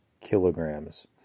kilograms